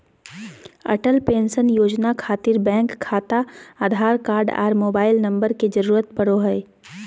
Atal pension Yojana खातिर bank खाता Aadhaar card आर मोबाइल नम्बर के जरूरत परो हय